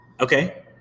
Okay